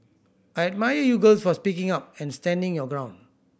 I admire you girls for speaking up and standing your ground